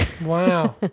Wow